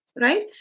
right